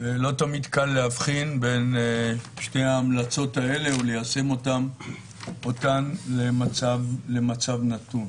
לא תמיד קל להבחין בין שתי ההמלצות האלה וליישם אותן במצב נתון.